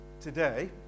today